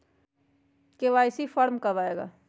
KYC form कब आए गा?